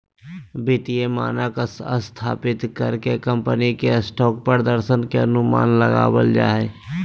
वित्तीय मानक स्थापित कर के कम्पनी के स्टॉक प्रदर्शन के अनुमान लगाबल जा हय